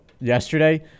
yesterday